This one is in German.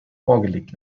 vorgelegt